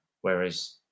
whereas